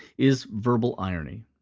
is verbal irony.